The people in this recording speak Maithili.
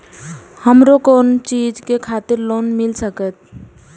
हमरो कोन चीज के खातिर लोन मिल संकेत?